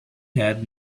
had